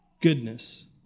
goodness